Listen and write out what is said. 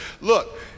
look